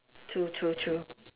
true true true